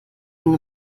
nun